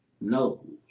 knows